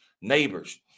neighbors